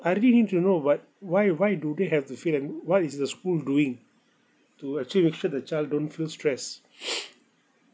I really need to know about why why do they have to feel an~ what is the school doing to actually make sure the child don't feel stress